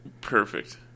Perfect